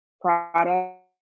product